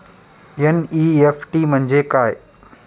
NEFT म्हणजे काय?